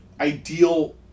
ideal